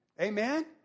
Amen